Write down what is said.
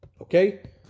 Okay